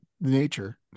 nature